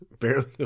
Barely